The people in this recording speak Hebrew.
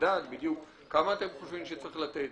לדעת בדיוק כמה אתם חושבים שצריך לתת,